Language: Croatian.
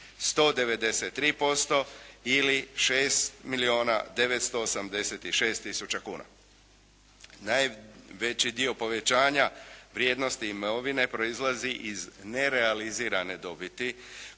986 tisuća kuna. Najveći dio povećanja vrijednosti imovine proizlazi iz nerealizirane dobiti